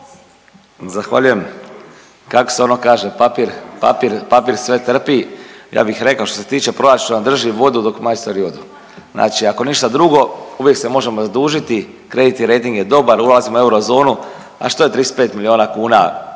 Kako se ono kaže papir sve trpi. Ja bih rekao što se tiče proračuna drži vodu dok majstori odu. Znači ako ništa drugo uvijek se možemo zadužiti kreditni rejting je dobar, ulazimo u eurozonu. A što je 35 milijuna kuna